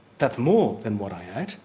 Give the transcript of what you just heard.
that's more than what i ah ate,